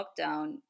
lockdown